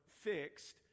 fixed